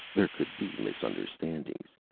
there could be misunderstandings.